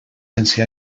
sense